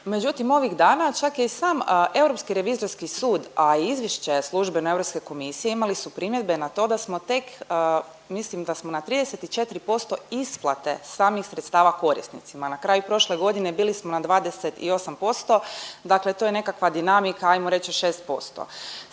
Međutim, ovih dana čak je i sam Europski revizorski sud a i izvješće službene Europske komisije imali su primjedbe na to da smo tek, mislim da smo na 34% isplate samih sredstava korisnicima. Na kraju prošle godine bili smo na 28%, dakle to je nekakva dinamika hajmo reći od